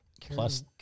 plus